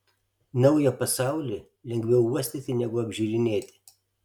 naują pasaulį lengviau uostyti negu apžiūrinėti